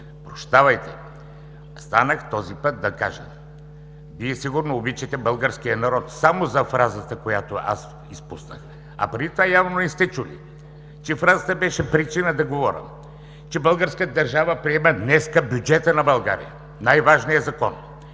Прощавайте, станах този път да кажа: Вие сигурно обичате българския народ само за фразата, която изпуснах. Преди това явно не сте чули, че фразата беше причина да говоря, че българската държава приема днес бюджета на България – най-важният Закон;